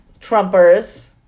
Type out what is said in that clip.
Trumpers